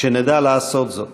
שנדע לעשות זאת.